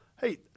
Hey